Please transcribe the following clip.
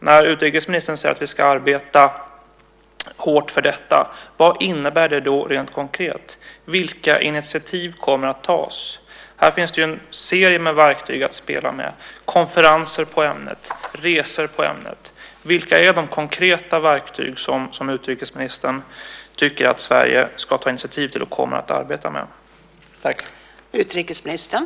När utrikesministern säger att man ska arbeta hårt för detta undrar jag vad det innebär rent konkret. Vilka initiativ kommer att tas? Det finns en serie verktyg att spela med, bland annat konferenser på ämnet och resor på ämnet. Vilka är de konkreta verktyg som utrikesministern tycker att Sverige ska ta initiativ till och kommer att arbeta med?